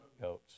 goats